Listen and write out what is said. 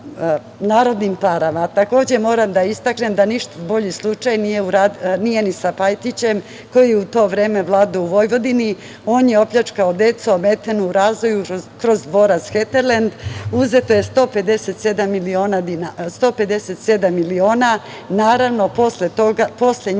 narodnim parama. Takođe moram da istaknem da ništa bolji slučaj nije ni sa Pajtićem, koji je u to vreme vladao u Vojvodini i on je opljačkao decu ometenu u razvoju, kroz dvorac“ Heterlend“, uzeto je 157 miliona, a posle njih